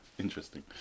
interesting